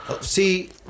See